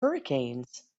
hurricanes